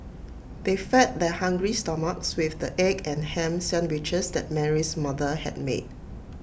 they fed their hungry stomachs with the egg and Ham Sandwiches that Mary's mother had made